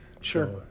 sure